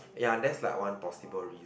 ya that's like one possible reason